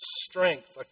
strength